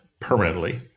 permanently